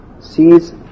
sees